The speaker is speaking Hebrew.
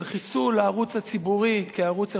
של חיסול הערוץ הציבורי כערוץ איכותי,